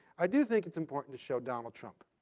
i do think it's important to show donald trump